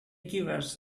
givers